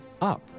up